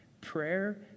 Prayer